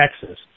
Texas